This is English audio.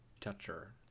toucher